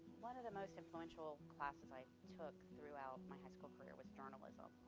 one of the most influential classes i took throughout my high school career was journalism,